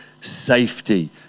Safety